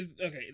okay